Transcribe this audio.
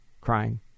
crying